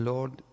Lord